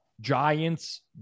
Giants